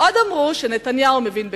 עוד אמרו שנתניהו מבין בכלכלה.